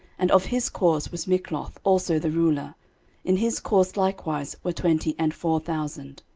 and of his course was mikloth also the ruler in his course likewise were twenty and four thousand.